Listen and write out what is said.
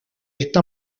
esta